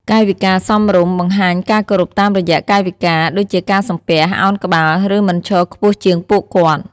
កាយវិការសមរម្យ បង្ហាញការគោរពតាមរយៈកាយវិការ ដូចជាការសំពះ ឱនក្បាល ឬមិនឈរខ្ពស់ជាងពួកគាត់។